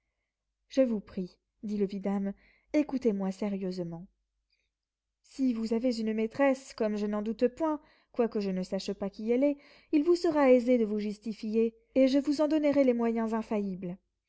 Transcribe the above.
je vous prie dit le vidame écoutez-moi sérieusement si vous avez une maîtresse comme je n'en doute point quoique je ne sache pas qui elle est il vous sera aisé de vous justifier et je vous en donnerai les moyens infaillibles